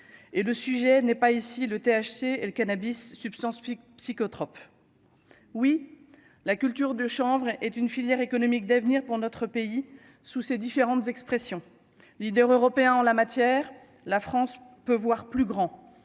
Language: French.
et le sujet n'est pas ici le THC et le cannabis substance psychotropes, oui, la culture de chanvre est une filière économique d'avenir pour notre pays sous ses différentes expressions, leader européen en la matière, la France peut voir plus grand,